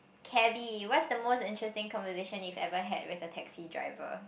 cabby what's the most interesting conversation you've ever had with a taxi driver